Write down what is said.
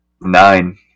Nine